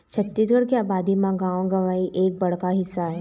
छत्तीसगढ़ के अबादी म गाँव गंवई एक बड़का हिस्सा आय